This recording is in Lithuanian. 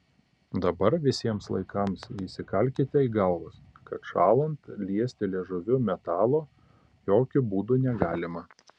dabar visiems laikams įsikalkite į galvas kad šąlant liesti liežuviu metalo jokiu būdu negalima